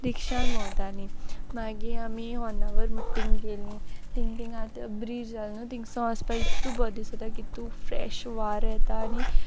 रिक्षान भोंवतालीं मागी आमी होनावर मुट तींग गेलीं तींग तींग आत ब्रीज जाल न्हू तींग सोन ओसपा इतू बोर दिसोता कितू फ्रेश वार येता आनी